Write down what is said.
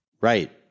Right